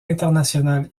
international